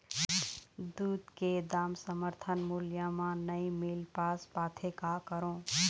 दूध के दाम समर्थन मूल्य म नई मील पास पाथे, का करों?